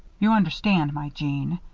you understand, my jeanne,